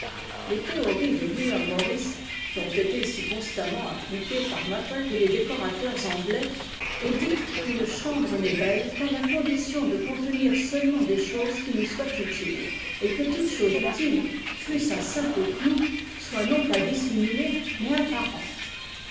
les théories de william morris qui ont été si constamment appliquées par maple et les décorateurs anglais édictent qu'une chambre n'est belle qu'à la condition de contenir seulement des choses qui nous soient t utiles et que toute chose utile fût-ce un simple clou soit non pas dissimulée mais apparente